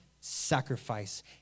sacrifice